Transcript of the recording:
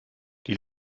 die